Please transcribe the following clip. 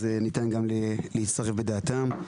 אז ניתן גם להצטרף בדעתם.